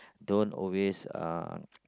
don't always uh